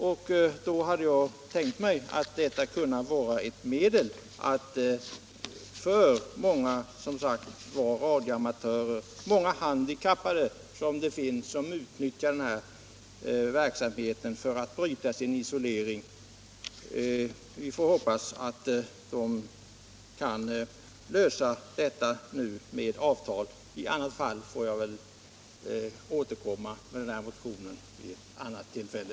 Därför hade jag tänkt mig att mitt förslag kunde bli till hjälp för många radioamatörer, inte minst för de många handikappade som utnyttjar den här möjligheten att bryta sin isolering. Vi får hoppas att de nu kan lösa problemen med avtal. I annat fall får jag väl återkomma vid ett senare tillfälle.